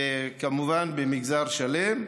וכמובן, במגזר שלם.